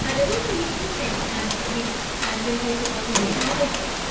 ah there's also a linkedin thing and that we've been posted by one of the advisors,